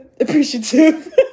appreciative